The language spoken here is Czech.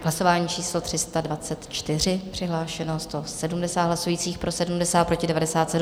Hlasování číslo 324, přihlášeno 170 hlasujících, pro 70, proti 97.